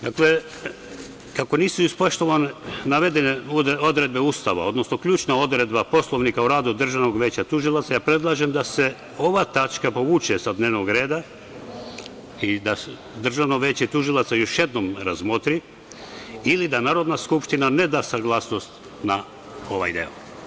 Dakle, kako nisu ispoštovane navedene odredbe Ustava, odnosno ključna odredba Poslovnika o radu Državnog veća tužilaca, predlažem da se ova tačka povuče sa dnevnog reda i da Državno veće tužilaca još jednom razmotri ili da Narodna skupština ne da saglasnost na ovaj deo.